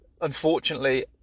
unfortunately